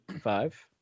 five